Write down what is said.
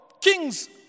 kings